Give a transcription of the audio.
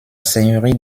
seigneurie